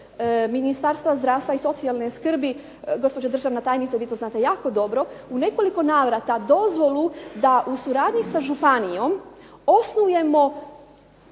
Ministarstva zdravstva i socijalne skrbi gospođo državna tajnice vi to znate jako dobro u nekoliko navrata dozvolu da u suradnji sa županijom osnujemo